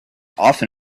often